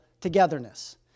togetherness